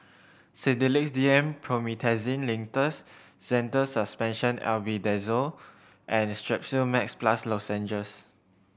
Sedilix D M Promethazine Linctus Zental Suspension Albendazole and Strepsils Max Plus Lozenges